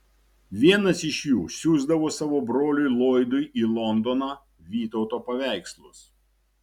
vienas iš jų siųsdavo savo broliui loydui į londoną vytauto paveikslus